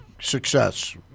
success